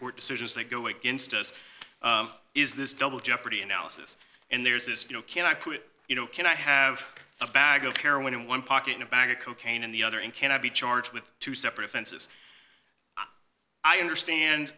court decisions that go against us is this double jeopardy analysis and there's this you know can i put you know can i have a bag of heroin in one pocket in a bag of cocaine in the other and can i be charged with two separate offenses i understand